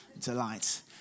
delight